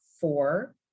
four